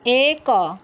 ଏକ